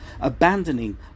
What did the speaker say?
abandoning